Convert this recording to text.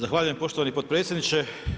Zahvaljujem poštovani potpredsjedniče.